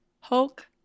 Hulk